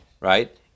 right